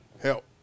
Help